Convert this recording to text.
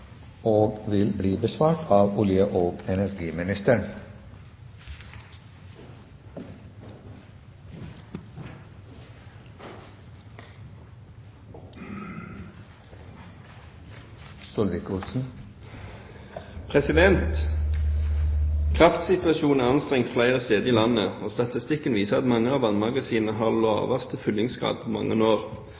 og det gjelder også disse spørsmålene. «Kraftsituasjonen er anstrengt flere steder i landet, og statistikken viser at mange av vannmagasinene har laveste fyllingsgrad på mange år.